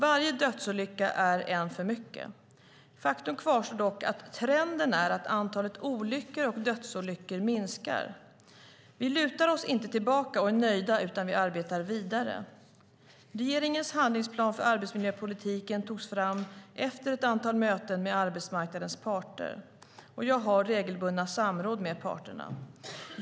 Varje dödsolycka är en för mycket. Faktum kvarstår dock att trenden är att antalet olyckor och dödsolyckor minskar. Vi lutar oss inte tillbaka och är nöjda utan arbetar vidare. Regeringens handlingsplan för arbetsmiljöpolitiken togs fram efter ett antal möten med arbetsmarknadens parter. Jag har regelbundna samråd med parterna.